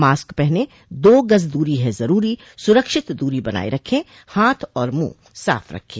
mask पहनें दो गज़ दूरी है ज़रूरी सुरक्षित दूरी बनाए रखें हाथ और मुंह साफ़ रखें